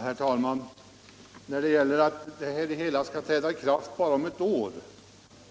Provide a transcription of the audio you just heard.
Herr talman! Anledningen till att åtgärderna föreslås träda i kraft först om ett år